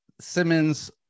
Simmons